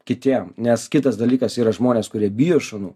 kitiem nes kitas dalykas yra žmonės kurie bijo šunų